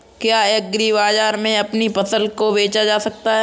क्या एग्रीबाजार में अपनी फसल को बेचा जा सकता है?